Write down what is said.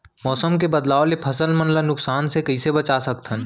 मौसम के बदलाव ले फसल मन ला नुकसान से कइसे बचा सकथन?